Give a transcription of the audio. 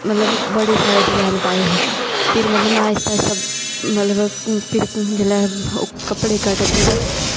मतलब बड़े सारे डिजाईन पाये फिर में मतलब फिर मतलब ओह् कपड़े कड्ढदे ते